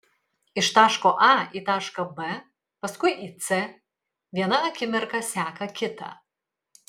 iš taško a į tašką b paskui į c viena akimirka seka kitą